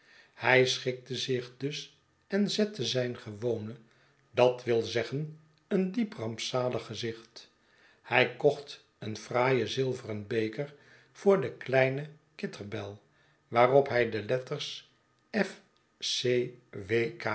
hij schikte zich dus en zette zijn gewone dat wii zeggen een diep rampzalig gezicht hij kocht een fraaien zilveren beker voor den kleinen kitterbell waarop hij de letters f c